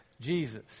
Jesus